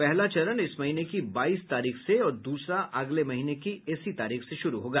पहला चरण इस महीने की बाईस तारीख से और दूसरा अगले महीने की इसी तारीख से शुरू होगा